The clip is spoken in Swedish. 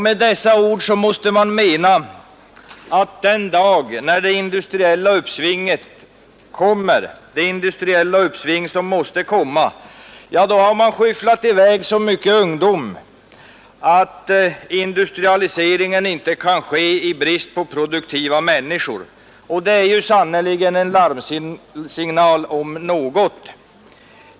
Med dessa ord måste man mena att den dag när det industriella uppsvinget kommer, det industriella uppsving som måste komma, har man skyfflat i väg så mycket ungdom att industrialiseringen inte kan ske, i brist på produktiva människor. Det är sannerligen en larmsignal om något.